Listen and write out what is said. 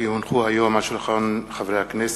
כי הונחו היום על שולחן הכנסת,